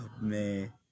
man